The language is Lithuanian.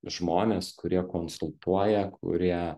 žmonės kurie konsultuoja kurie